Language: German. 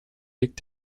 legt